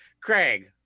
craig